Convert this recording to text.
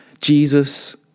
Jesus